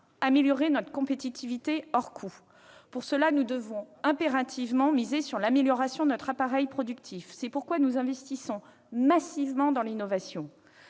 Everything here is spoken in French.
améliorer notre compétitivité hors coûts. Pour ce faire, nous devons impérativement miser sur l'amélioration de notre appareil productif. C'est pourquoi nous investissons massivement dans l'innovation.